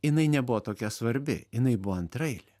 jinai nebuvo tokia svarbi jinai buvo antraeilė